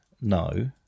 no